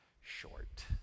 short